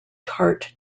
tart